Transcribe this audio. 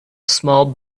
small